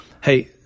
Hey